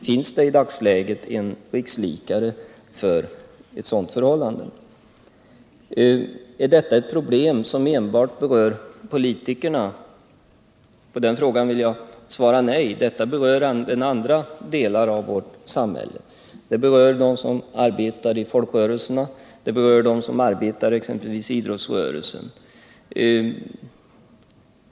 Finns det i dagsläget en rikslikare för ett sådant förhållande? Är detta ett problem som enbart berör politikerna? På den frågan vill jag svara nej, det berör även människor inom andra delar av vårt samhälle. Det berör dem som arbetar i folkrörelserna, det berör dem som arbetar exempelvis i idrottsrörelsen.